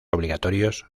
obligatorios